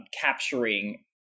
capturing